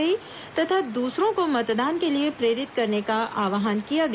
गई तथा दूसरों को मतदान के लिए प्रेरित करने का आव्हान किया गया